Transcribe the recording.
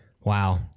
Wow